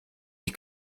die